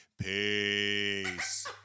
Peace